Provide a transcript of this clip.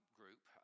group